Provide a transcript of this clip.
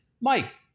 Mike